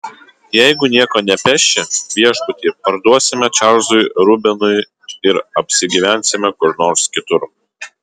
jeigu nieko nepeši viešbutį parduosime čarlzui rubenui ir apsigyvensime kur nors kitur